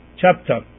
Chapter